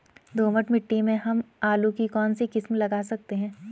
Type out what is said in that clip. दोमट मिट्टी में हम आलू की कौन सी किस्म लगा सकते हैं?